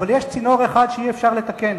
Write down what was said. אבל יש צינור אחד שאי-אפשר לתקן,